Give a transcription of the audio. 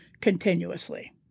continuously